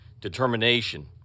determination